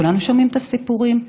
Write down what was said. כולנו שומעים את הסיפורים.